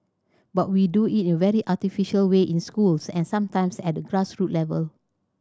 but we do it in a very artificial way in schools and sometimes at the grass roots level